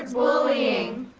bullying.